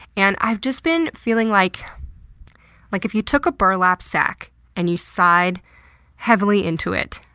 and i've just been feeling like like if you took a burlap sack and you sighed heavily into it,